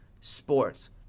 sports